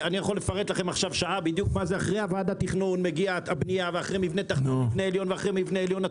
אני יכול לפרט לכם שעה מה זה אחרי ועדת התכנון ואחרי מבנה עליון וכו'.